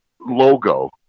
logo